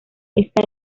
está